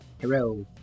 Hero